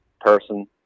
person